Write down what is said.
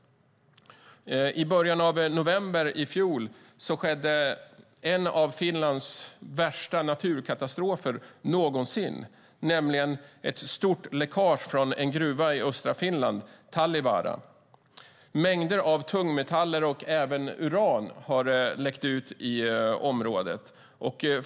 I början av november i fjol skedde en av Finlands värsta naturkatastrofer någonsin. Det var ett stort läckage från en gruva i östra Finland, Talvivaara. Mängder av tungmetaller och även uran har läckt ut i området.